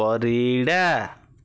Parida